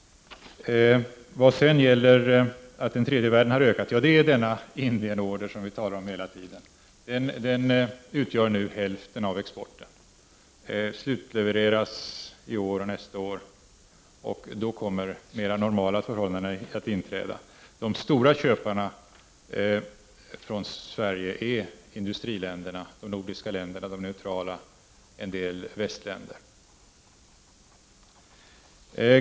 Sedan till detta att det har blivit en ökning beträffande den tredje världen. Ja, det rör sig om den Indienorder som vi har talat om hela tiden och som nu utgör hälften av exporten. Ordern slutlevereras i år och nästa år, och sedan kommer mera normala förhållanden att inträda. De stora köparna från Sverige är industriländerna och de nordiska länderna, alltså de neutrala och en del västländer.